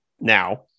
now